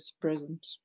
present